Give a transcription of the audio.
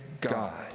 God